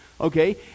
Okay